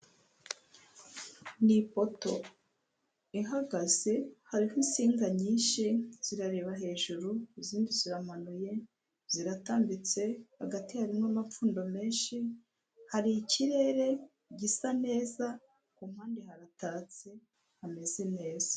Umuhanda nyabagendwa aho bigaragara ko ukorerwamo mu byerekezo byombi, ku ruhande rw'uburyo bw'umuhanda hakaba haparitse abamotari benshi cyane bigaragara ko bategereje abagenzi kandi hirya hakagaragara inzu nini cyane ubona ko ikorerwamo ubucuruzi butandukanye, ikirere kikaba gifite ishusho isa n'umweru.